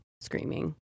screaming